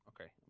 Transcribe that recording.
Okay